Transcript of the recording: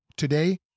today